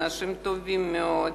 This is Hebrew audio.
אנשים טובים מאוד,